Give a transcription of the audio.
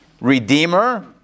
redeemer